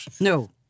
No